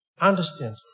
understand